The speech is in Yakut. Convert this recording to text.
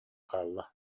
хаалла